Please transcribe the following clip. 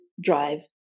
drive